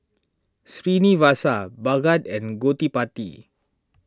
Srinivasa Bhagat and Gottipati